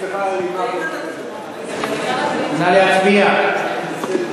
נא להצביע.